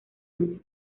año